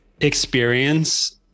experience